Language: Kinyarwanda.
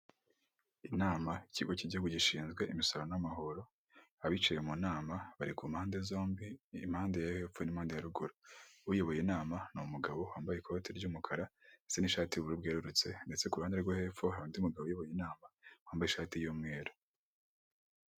Inama y'ikigo k'igihugu gishinzwe imisoro n'amahoro, abicaye mu nama bari ku mpande zombi, impande yo hepfo ni impande ya ruguru, uyoboye inama ni umugabo wambaye ikoti ry'umukara ndetse n'ishati y'ubururu bwerururutse, ndetse iruhande rwo hepfo hari undi mugabo uyoboye inama wambaye ishati y'umweru.